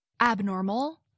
abnormal